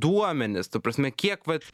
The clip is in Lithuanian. duomenis ta prasme kiek vat